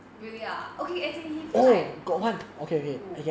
really ah okay as in he feels like he who